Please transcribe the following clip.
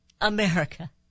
America